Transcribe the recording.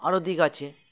আরও দিক আছে